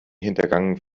hintergangen